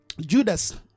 Judas